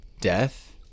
death